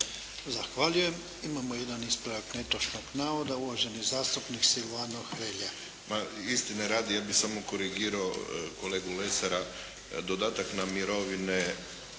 Zahvaljujem. Imamo jedan ispravak netočnog navoda, uvaženi zastupnik Silvano Hrelja. **Hrelja, Silvano (HSU)** Ma istine radi, ja bih samo korigirao kolegu Lesara. Dodatak na mirovine